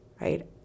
right